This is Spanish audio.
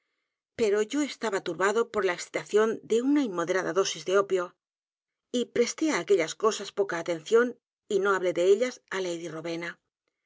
pero yo estaba turbado por la excitación de una inmoderada dosis de opio y presté á aquellas cosas poca atención y no habló de ellas á lady